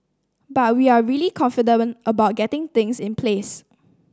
but we're really confident about getting things in place